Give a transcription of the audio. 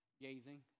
Gazing